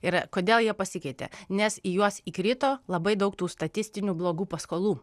ir kodėl jie pasikeitė nes į juos įkrito labai daug tų statistinių blogų paskolų